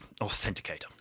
authenticator